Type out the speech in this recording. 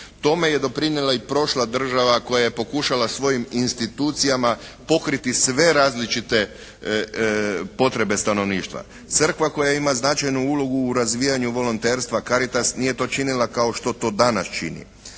Tome je doprinijela i prošla država koja je pokušala svojim institucijama pokriti sve različite potrebe stanovništva. Crkva koja ima značajnu ulogu u razvijanju volonterstva «Caritas» nije to činila kao što to danas čini.